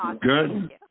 Good